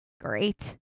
great